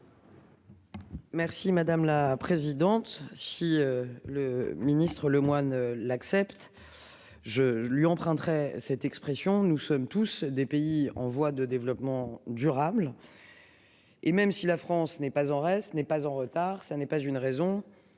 Merci madame la présidente. Si. Le ministre-Lemoine l'accepte. Je lui emprunterai cette expression, nous sommes tous des pays en voie de développement durable. Et même si la France n'est pas en reste n'est pas en retard,